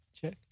check